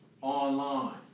online